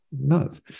nuts